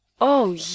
Oh